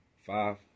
Five